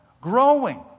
growing